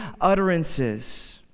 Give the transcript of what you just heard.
utterances